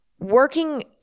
working